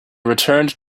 returned